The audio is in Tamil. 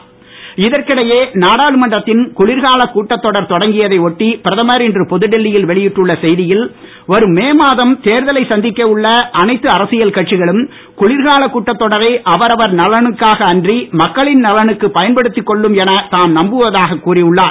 மோடி செய்தி இதற்கிடையே நாடாளுமன்றத்தின் குளிர்காலக் கூட்டத் தொடர் தொடங்கியதை ஒட்டி பிரதமர் இன்று புதுடெல்லியில் வெளியிட்டுள்ள செய்தியில் வரும் மே மாதம் தேர்தலை சந்திக்க உள்ள அனைத்து அரசியல் கட்சிகளும் குளிர்காலக் கூட்டத் தொடரை அவரவர் நலனுக்காக அன்றி மக்களின் நலனுக்கு பயன்படுத்திக் கொள்ளும் என நம்புவதாக கூறி உள்ளார்